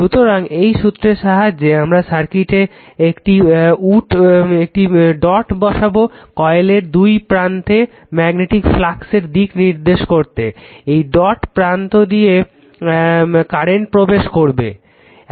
সুতরাং এই সূত্রের সাহায্যে আমরা সার্কিটে একটি ডট বসাবো কয়েলের দুই প্রান্তে ম্যগনেটিক ফ্লাক্সের দিক নির্দেশ করতে ঐ ডট প্রান্ত দিয়ে কারেন্ট প্রবেশ করবে